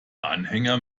anhänger